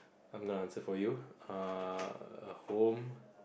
I'm gonna answer for you err a home